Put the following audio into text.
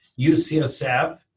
UCSF